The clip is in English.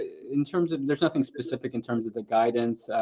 in terms of the nothing specific in terms of the guidance.